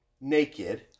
naked